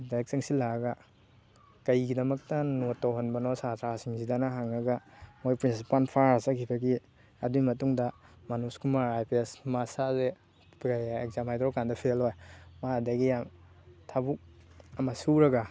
direct ꯆꯪꯁꯤꯜꯂꯛꯑꯒ ꯀꯔꯤꯒꯤꯗꯃꯛꯇ ꯅꯣꯠ ꯇꯧꯍꯟꯕꯅꯣ ꯁꯥꯇ꯭ꯔꯁꯤꯡꯁꯤꯗꯅ ꯍꯪꯉꯒ ꯃꯣꯏ ꯄ꯭ꯔꯤꯟꯁꯤꯄꯥꯜ ꯐꯥꯔꯒ ꯆꯠꯈꯤꯕꯒꯤ ꯑꯗꯨꯒꯤ ꯃꯇꯨꯡꯗ Manoj Kumar I P S ꯃꯁꯥꯁꯦ ꯑꯦꯛꯖꯥꯝ ꯍꯥꯏꯗꯣꯔꯛꯄ ꯀꯥꯟꯗ ꯐꯦꯜ ꯑꯣꯏ ꯃꯥ ꯑꯗꯒꯤ ꯊꯕꯛ ꯑꯃ ꯁꯨꯔꯒ